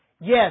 Yes